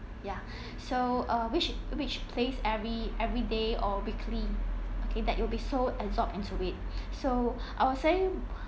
yeah so uh which which place every every day or weekly okay that you'll be so absorbed into it so I was saying